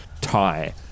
tie